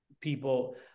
people